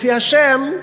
לפי השם,